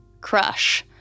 crush